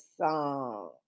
song